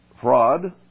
fraud